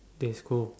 that's cool